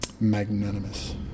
magnanimous